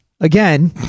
again